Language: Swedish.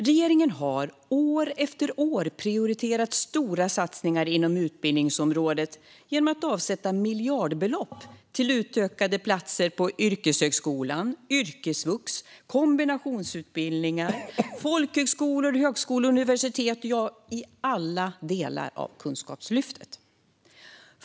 Regeringen har år efter år prioriterat stora satsningar inom utbildningsområdet genom att avsätta miljardbelopp till utökade platser på yrkeshögskolan, yrkesvux, kombinationsutbildningar, folkhögskolor, högskolor och universitet - ja, i alla delar av Kunskapslyftet.